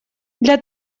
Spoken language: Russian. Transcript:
для